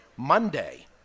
Monday